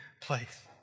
place